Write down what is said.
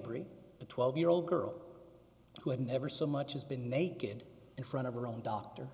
bring the twelve year old girl who had never so much as been naked in front of her own doctor